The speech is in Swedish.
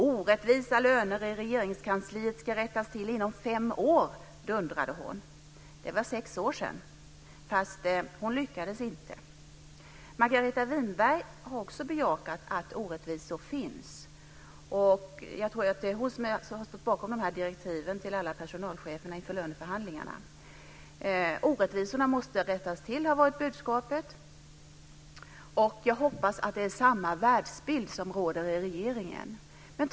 "Orättvisa löner i Regeringskansliet ska rättas till inom fem år" dundrade hon. Det var sex år sedan. Fast hon lyckades inte. Margareta Winberg har också bejakat att orättvisor finns. Jag tror att det är hon som har stått bakom direktiven till alla personalcheferna inför löneförhandlingarna. "Orättvisorna måste rättas till" har varit budskapet. Jag hoppas att det är samma världsbild som råder i regeringen.